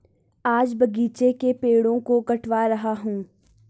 आज बगीचे के पेड़ों को कटवा रहा हूं